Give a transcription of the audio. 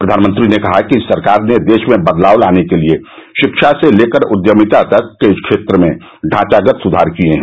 प्रधानमंत्री ने कहा कि सरकार ने देश में बदलाव लाने के लिए शिक्षा से लेकर उद्यमिता तक के क्षेत्र में ढांचागत सुधार किए हैं